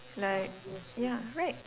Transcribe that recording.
like ya right